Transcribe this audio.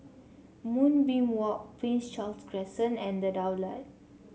Moonbeam Walk Prince Charles Crescent and The Daulat